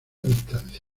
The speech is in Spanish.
distancia